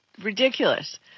Ridiculous